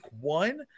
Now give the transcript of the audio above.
one